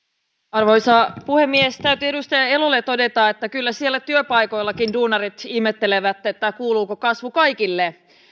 arvoisa puhemies täytyy edustaja elolle todeta että kyllä siellä työpaikoillakin duunarit ihmettelevät että kuuluuko kasvu kaikille